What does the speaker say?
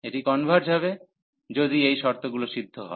এটি কনভার্জ হবে যদি এই শর্তগুলি সিদ্ধ হয়